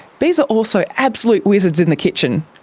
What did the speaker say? bees are also absolute wizards in the kitchen.